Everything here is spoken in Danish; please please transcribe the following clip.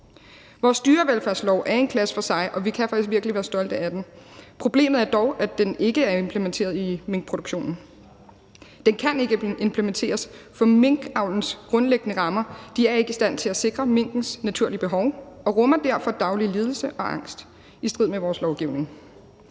Vores dyrevelfærdslov er i en klasse for sig, og vi kan faktisk virkelig være stolte af den. Problemet er dog, at den ikke er implementeret i minkproduktionen. Den kan ikke implementeres, for minkavlens grundlæggende rammer er ikke i stand til at sikre minkens naturlige behov og rummer derfor i strid med vores lovgivning